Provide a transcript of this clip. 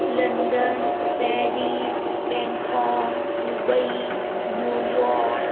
London Paris Bangkok Dubai New York